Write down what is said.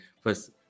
first